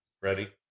Ready